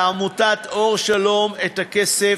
לעמותת "אור שלום" את הכסף,